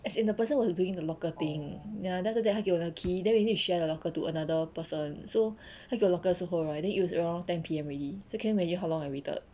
as in the person was doing the locker thing ya then after that 他给我那个 key then we need to share the locker to another person so 他给我 locker 的时候 right then it was around ten P_M already so can you imagine how long I waited